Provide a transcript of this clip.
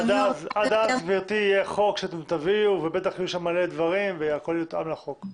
עד אז יהיה חוק שאתם תביאו ובטח יהיו שם מלא דברים והכול יותאם לחוק.